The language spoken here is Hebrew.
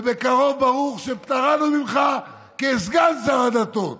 ובקרוב, ברוך שפטרנו ממך כסגן שר הדתות.